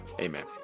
amen